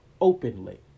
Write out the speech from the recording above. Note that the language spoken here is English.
openly